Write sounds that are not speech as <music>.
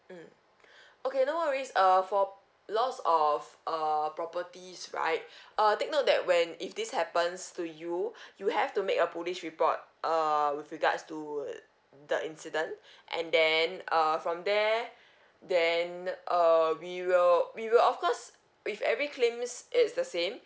mm <breath> okay no worries err for lost of err properties right <breath> err take note that when if this happens to you <breath> you have to make a police report err with regards to the incident and then err from there then err we will we will of course with every claims it's the same